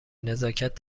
نزاکت